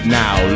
now